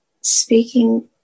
speaking